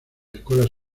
escuelas